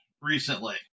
recently